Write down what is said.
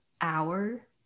hour